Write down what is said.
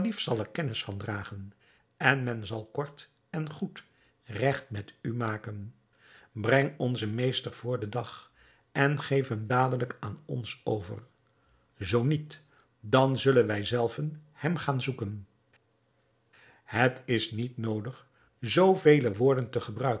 zal er kennis van dragen en men zal kort en goed regt met u maken breng onzen meester voor den dag en geef hem dadelijk aan ons over zoo niet dan zullen wij zelven hem gaan zoeken het is niet noodig zoo vele woorden te gebruiken